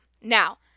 Now